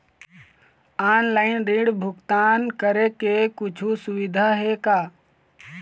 Online ऋण भुगतान करे के कुछू सुविधा हे का?